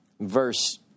verse